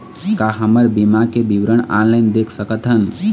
का हमर बीमा के विवरण ऑनलाइन देख सकथन?